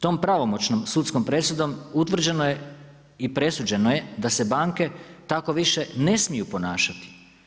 Tom pravomoćnom sudskom presudom utvrđeno je i presuđeno je da se banke tako više ne smiju ponašati.